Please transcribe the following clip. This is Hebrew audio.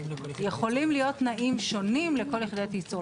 יכולים להיות תנאים שונים לכל יחידת ייצור,